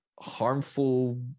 harmful